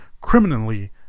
criminally